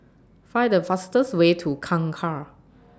Find The fastest Way to Kangkar